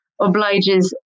obliges